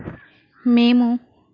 మేము